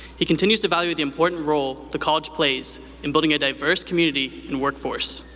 he continues to value the important role the college plays in building a diverse community and workforce.